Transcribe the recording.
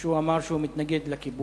שהוא אמר שהוא מתנגד לכיבוש?